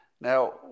Now